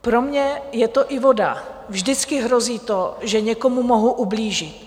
Pro mě je to i voda, vždycky hrozí to, že někomu mohu ublížit.